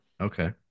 Okay